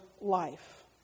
life